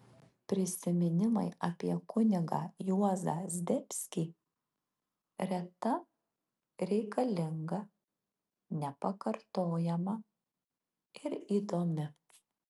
prisiminimai apie kunigą juozą zdebskį reta reikalinga nepakartojama ir įdomi